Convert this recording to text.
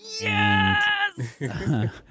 yes